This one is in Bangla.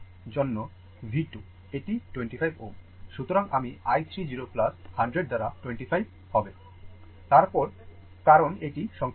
সুতরাং আমি i 3 0 100 দ্বারা 25 হবে তারপর কারণ এটি সংক্ষিপ্ত